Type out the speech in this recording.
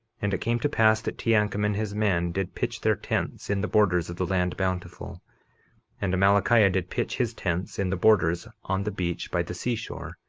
and it came to pass that teancum and his men did pitch their tents in the borders of the land bountiful and amalickiah did pitch his tents in the borders on the beach by the seashore,